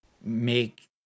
make